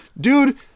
Dude